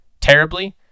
terribly